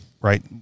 right